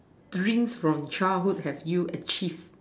dreams from childhood have you achieve